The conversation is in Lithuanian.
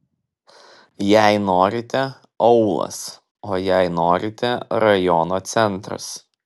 jei norite aūlas o jei norite rajono centras